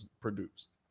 produced